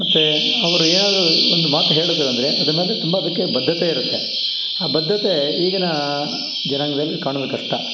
ಮತ್ತು ಅವರು ಏನಾದರು ಒಂದು ಮಾತು ಹೇಳಿದರು ಅಂದರೆ ಅದರಲ್ಲಿ ತುಂಬ ಅದಕ್ಕೆ ಬದ್ದತೆ ಇರುತ್ತೆ ಆ ಬದ್ದತೆ ಈಗಿನ ಜನಾಂಗದಲ್ಲಿ ಕಾಣೋದು ಕಷ್ಟ